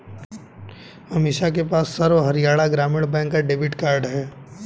अमीषा के पास सर्व हरियाणा ग्रामीण बैंक का डेबिट कार्ड है